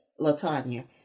LaTanya